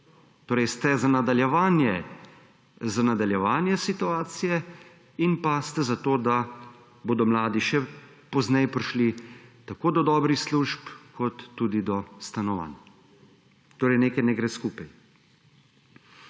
torej ste za nadaljevanje situacije in ste za to, da bodo mladi še pozneje prišli tako do dobrih služb kot tudi do stanovanj. Torej, nekaj ne gre skupaj.